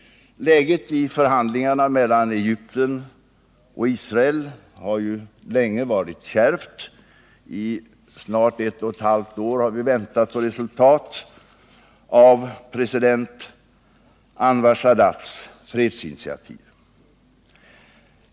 Läget i förhandlingarna mellan Egypten och Israel har ju länge varit kärvt. I snart ett och ett halvt år har vi väntat på resultat av president Anwar Sadats fredsinitiativ.